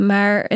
Maar